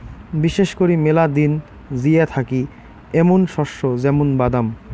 বিশেষ করি মেলা দিন জিয়া থাকি এ্যামুন শস্য য্যামুন বাদাম